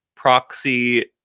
proxy